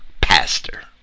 pastor